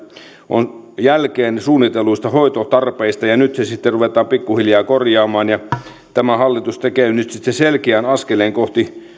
eurolla jääty jälkeen suunnitelluista hoitotarpeista ja nyt se sitten ruvetaan pikkuhiljaa korjaamaan tämä hallitus tekee nyt sitten selkeän askeleen kohti